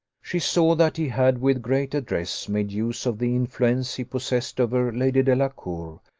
she saw that he had, with great address, made use of the influence he possessed over lady delacour,